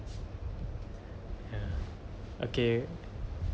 ya okay